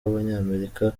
w’abanyamerika